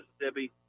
Mississippi